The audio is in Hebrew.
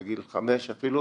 בגיל 5 אפילו,